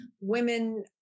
Women